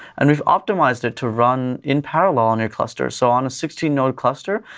and we've optimized it to run in parallel on your cluster. so on a sixteen node cluster,